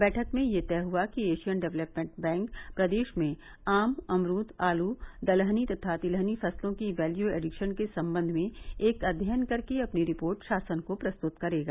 बैठक में यह तय हुआ कि एशियन डेवलपमेंट बैंक प्रदेश में आम अमरूद आलू दलहनी तथा तिलहनी फसलों की वैल्यू एडिशयन के सम्बंध में एक अध्ययन कर के अपनी रिपोर्ट शासन को प्रस्तत करेगा